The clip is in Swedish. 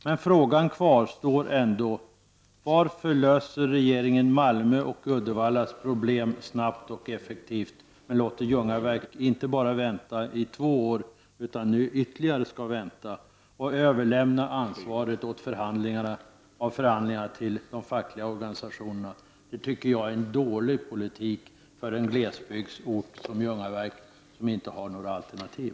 Men frågan kvarstår ändå: Varför löser regeringen problemen i Malmö och Uddevalla snabbt och effektivt medan man låter Ljungaverk vänta i två år? Och inte nog med det — nu måste man vänta ytterligare. Dessutom överlåts ansvaret för förhandlingarna på de fackliga organisationerna. Det tycker jag är dålig politik med tanke på att Ljungaverk är en glesbygdsort där det inte finns några alternativ.